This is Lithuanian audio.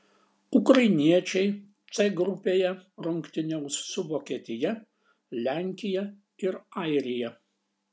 ukrainiečiai c grupėje rungtyniaus su vokietija lenkija ir airija